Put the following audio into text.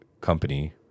company